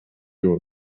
you